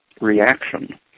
reaction